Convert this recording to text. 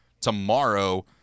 tomorrow